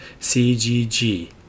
CGG